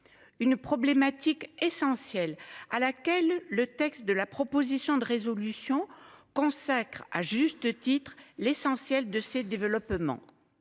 Une problématique essentielle à laquelle le texte de la proposition de résolution consacre à juste titre l'essentiel de ses développements.